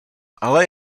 ale